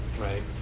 right